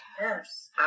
Yes